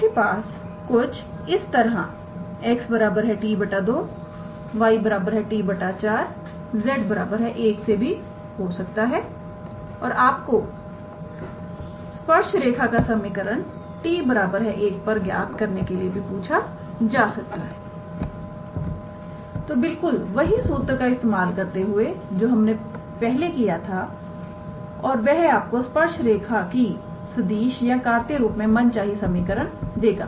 आपके पास कुछ इस तरह 𝑥 𝑡 2 𝑦 𝑡 4 𝑧 1 से भी हो सकता है और आपको स्पर्श रेखा का समीकरण t1 पर ज्ञात करने के लिए भी पूछा जा सकता है तो बिल्कुल वही सूत्र को इस्तेमाल करते हुए जो हमने पहले किया था और वह आपको स्पर्श रेखा की सदिश या कार्तीय रूप में मनचाही समीकरण देगा